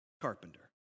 carpenter